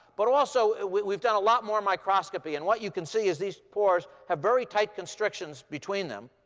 but also, we've done a lot more microscopy. and what you can see is these pores have very tight constrictions between them,